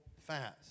fast